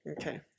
Okay